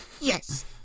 yes